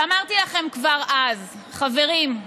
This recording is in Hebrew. אמרתי לכם כבר אז: חברים,